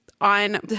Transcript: on